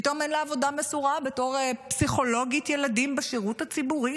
פתאום אין לה עבודה מסורה בתור פסיכולוגית ילדים בשירות הציבורי,